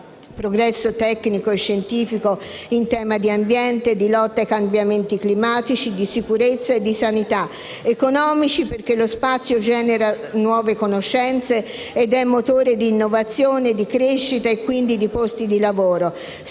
progresso tecnico-scientifico in tema di ambiente, di lotta ai cambiamenti climatici, di sicurezza e di sanità; economici, perché lo spazio genera nuove conoscenze ed è motore di innovazione, di crescita e, quindi, di posti di lavoro;